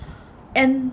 and